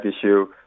issue